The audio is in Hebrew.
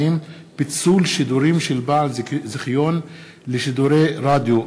40) (פיצול שידורים של בעל זיכיון לשידורי רדיו),